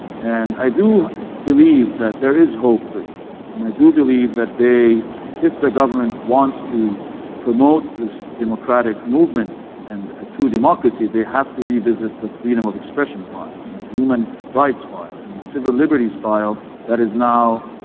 and i do believe that there is hope for egypt and i do believe that, if the government wants to promote this democratic movement and a true democracy, they have to revisit the freedom of expression file and the human rights file and the civil liberties file that is now